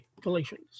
Galatians